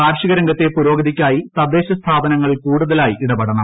കാർഷിക രംഗത്തെ പുരോഗതിക്കായി തദ്ദേശ സ്ഥാപനങ്ങൾ കൂടുതലായി ഇടപെടണം